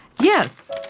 yes